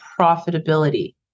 profitability